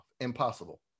impossible